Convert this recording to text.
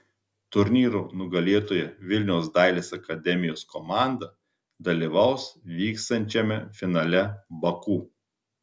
turnyro nugalėtoja vilniaus dailės akademijos komanda dalyvaus vyksiančiame finale baku